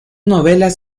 novelas